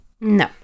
No